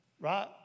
Right